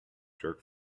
jerk